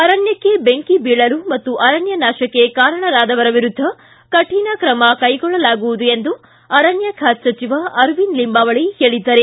ಅರಣ್ಯಕ್ಷೆ ಬೆಂಕಿ ಬೀಳಲು ಮತ್ತು ಅರಣ್ಯ ನಾಶಕ್ಕೆ ಕಾರಣರಾದವರ ವಿರುದ್ಧ ಕಠಿಣ ಕ್ರಮ ಕೈಗೊಳ್ಳಲಾಗುವುದು ಎಂದು ಅರಣ್ಯ ಖಾತೆ ಸಚಿವ ಅರವಿಂದ ಲಿಂಬಾವಳಿ ಹೇಳಿದ್ದಾರೆ